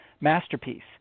Masterpiece